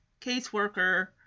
caseworker